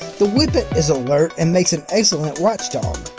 the whippet is alert and makes an excellent watchdog.